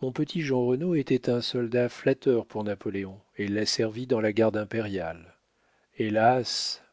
mon petit jeanrenaud était un soldat flatteur pour napoléon et l'a servi dans la garde impériale hélas